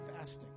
fasting